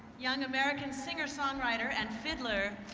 young america singer songwriter and fiddler,